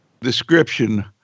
description